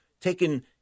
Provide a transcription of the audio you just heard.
taken